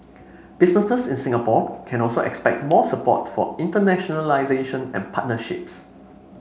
businesses in Singapore can also expect more support for internationalisation and partnerships